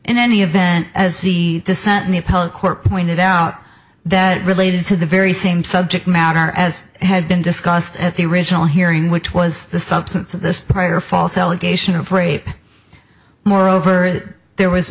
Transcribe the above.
in any event as the dissent in the appellate court pointed out that related to the very same subject matter as had been discussed at the original hearing which was the substance of this prior false allegation of rape moreover there was